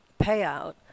payout